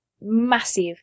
massive